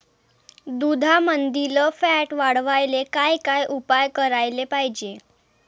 दुधामंदील फॅट वाढवायले काय काय उपाय करायले पाहिजे?